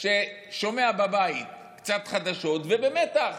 ששומע בבית קצת חדשות, ובמתח: